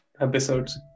episodes